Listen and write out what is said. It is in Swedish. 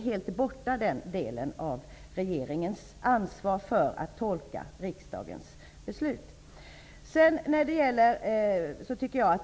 Den delen av regeringens ansvar för att tolka riksdagens beslut är alltså inte helt borta.